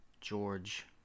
George